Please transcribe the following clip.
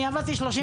אני עבדתי 32 שנה.